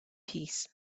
peace